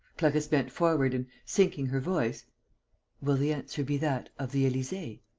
clarisse bent forward and, sinking her voice will the answer be that of the elysee?